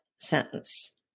Sentence